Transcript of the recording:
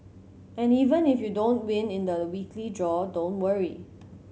and even if you don't win in the weekly draw don't worry